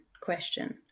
question